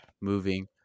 moving